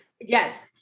Yes